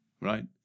right